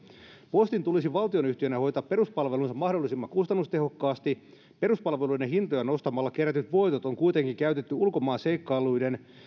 postin tulisi valtionyhtiönä hoitaa peruspalvelunsa mahdollisimman kustannustehokkaasti peruspalveluiden hintoja nostamalla kerätyt voitot on kuitenkin käytetty ulkomaanseikkailuihin